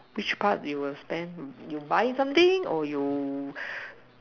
which part you will spend you buy something or you